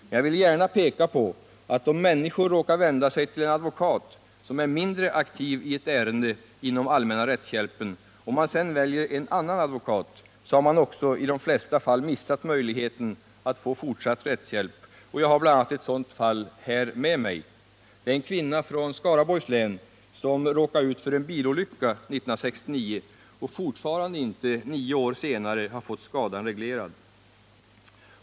Men jag vill peka på att människor som råkar vända sig till en advokat vilken är mindre aktiv i ett ärende inom den allmänna rättshjälpen och som sedan väljer en annan advokat, därmed också i de flesta fall har missat möjligheten att få fortsatt rättshjälp. Jag har här i min hand papperen från ett sådant fall. Det gäller en kvinna från Skaraborgs län som råkade ut för en bilolycka 1969 och som fortfarande inte, nio år senare, har fått skadan reglerad.